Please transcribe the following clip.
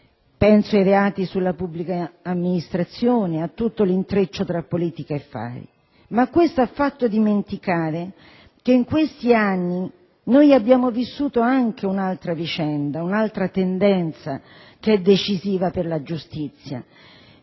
Penso ai reati contro la pubblica amministrazione e a tutto l'intreccio tra politica e affari. Ciò ha fatto dimenticare che in questi anni abbiamo vissuto anche un'altra vicenda, un'altra tendenza che è decisiva per la giustizia,